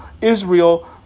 Israel